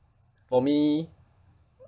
for me